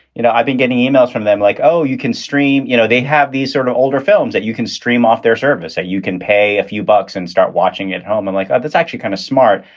you know, i've been getting emails from them like, oh, you can stream you know, they have these sort of older films that you can stream off their service, that you can pay a few bucks and start watching at home. and like that's actually kind of smart.